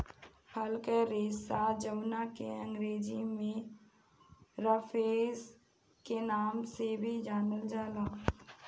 फल के रेशा जावना के अंग्रेजी में रफेज के नाम से भी जानल जाला